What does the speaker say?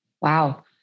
Wow